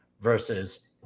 versus